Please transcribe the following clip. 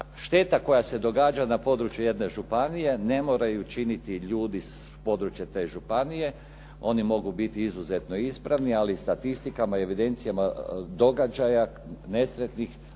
šteta koja se događa na području jedne županije ne moraju činiti ljudi s područja te županije. Oni mogu biti izuzetno ispravni ali statistikama i evidencijama događaja nesretnih